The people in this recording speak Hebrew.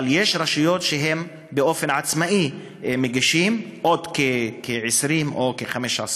אבל יש רשויות שבאופן עצמאי מגישות, עוד 20 או 15,